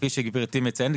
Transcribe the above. כפי שגברתי מציינת,